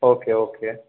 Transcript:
okay okay